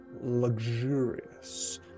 luxurious